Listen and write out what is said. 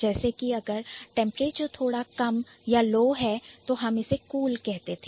जैसे कि अगर Temperature थोड़ा कम है तो हम इसे Cool कहते थे